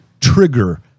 trigger